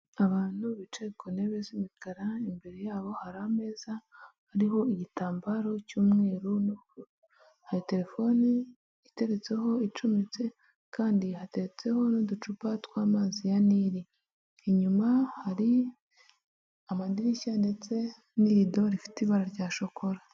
Abantu bicaye ku ntebe z'imikara imbere yabo hari ameza ariho igitambaro cy'umweru hari terefone iteretseho icometse kandi hateretseho n'uducupa tw'amazi ya nili, inyuma hari amadirishya ndetse n'irido rifite ibara rya shokora.